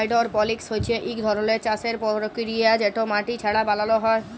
hydroponics হছে ইক ধরলের চাষের পরকিরিয়া যেট মাটি ছাড়া বালালো হ্যয়